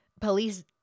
police